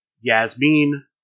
Yasmin